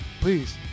Please